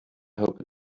hope